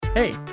Hey